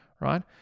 right